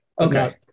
Okay